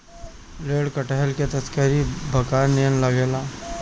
लेढ़ा कटहल के तरकारी बकरा नियन लागेला